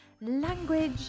language